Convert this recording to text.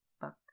book